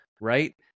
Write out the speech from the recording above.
right